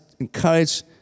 encourage